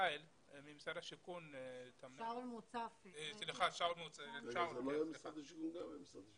שאול מוצפי ממשרד השיכון.